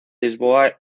lisboa